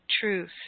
truth